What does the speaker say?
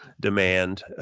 demand